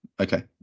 Okay